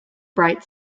bright